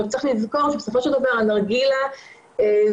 צריך לזכור שבסופו של דבר הנרגילה גורמת